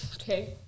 Okay